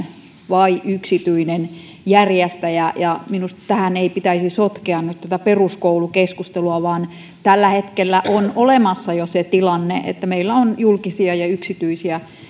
vai yksityinen järjestäjä ja minusta tähän ei pitäisi sotkea nyt peruskoulukeskustelua vaan tällä hetkellä on olemassa jo se tilanne että meillä on julkisia ja yksityisiä